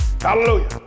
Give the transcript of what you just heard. Hallelujah